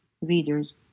readers